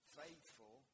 faithful